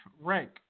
rank